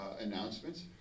announcements